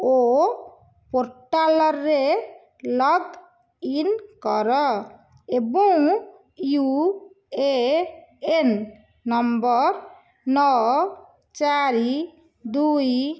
ଓ ପୋର୍ଟାଲ୍ରେ ଲଗ୍ଇନ୍ କର ଏବଂ ୟୁ ଏ ଏନ୍ ନମ୍ବର ନଅ ଚାରି ଦୁଇ